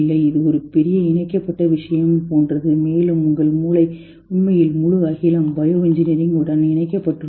இது ஒரு பெரிய இணைக்கப்பட்ட விஷயம் போன்றது மேலும் உங்கள் மூளை உண்மையில் முழு அகிலம் பயோ இன்ஜினியரிங் உடன் இணைக்கப்பட்டுள்ளது